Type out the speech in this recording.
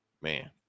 Man